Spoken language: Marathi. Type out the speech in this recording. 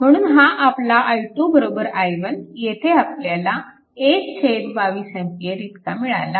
म्हणून हा आपला i2 i1 येथे आपल्याला 122A इतका मिळाला